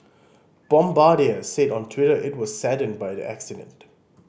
bombardier said on Twitter it was saddened by the accident